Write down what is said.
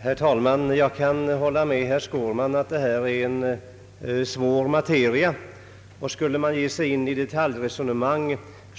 Herr talman! Jag kan hålla med herr Skårman om att det här är en svår materia. Skulle man ge sig in i detaljresonemang